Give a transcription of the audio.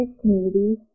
community